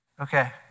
okay